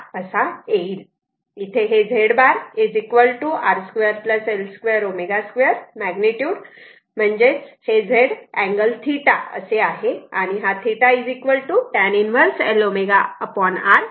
इथे हे Z बार R 2 L 2 ω 2 हे मॅग्निट्युड येईल म्हणजेच हे Z अँगल θ असे आहे आणि हा θ tan 1 L ω R असा आहे